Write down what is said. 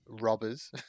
robbers